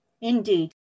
Indeed